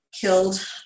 killed